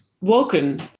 woken